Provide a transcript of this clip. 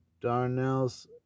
Darnell's